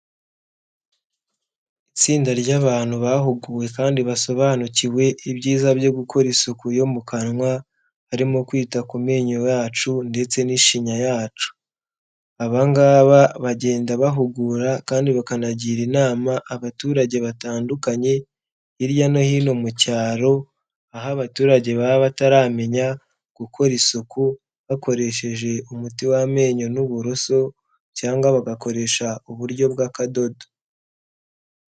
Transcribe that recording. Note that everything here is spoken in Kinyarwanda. Itsinda ry'abantu bahuguwe kandi basobanukiwe ibyiza byo gukora isuku yo mu kanwa harimo kwita ku menyo yacu ndetse n'ishinya yacu. Abangaba bagenda bahugura kandi bakanagira inama abaturage batandukanye hirya no hino mu cyaro aho abaturage baba bataramenya gukora isuku bakoresheje umuti w'amenyo n'uburoso cyangwa bagakoresha uburyo bw'akadodo.